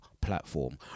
platform